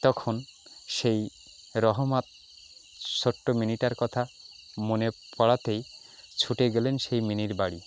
তখন সেই রহমত ছোট্ট মিনিটার কথা মনে পড়াতেই ছুটে গেলেন সেই মিনির বাড়ি